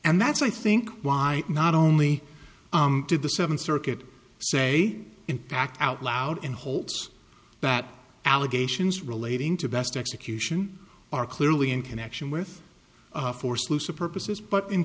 and that's i think why not only did the seventh circuit say in fact out loud and holds that allegations relating to best execution are clearly in connection with forced looser purposes but in